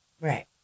Right